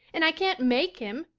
and i can't make him.